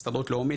ההסתדרות הלאומית,